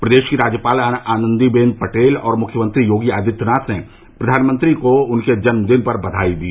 प्रदेश की राज्यपाल आनंदी बेन पटेल और मुख्यमंत्री योगी आदित्यनाथ ने प्रधानमंत्री को उनके जन्मदिवस पर बधाई दी